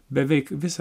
beveik visa